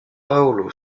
paolo